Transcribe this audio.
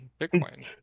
Bitcoin